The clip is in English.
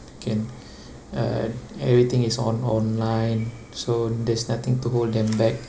can uh everything is on online so there's nothing to hold them back